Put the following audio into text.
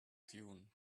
dune